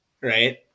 right